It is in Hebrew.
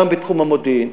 גם בתחום המודיעין,